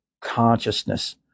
consciousness